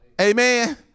Amen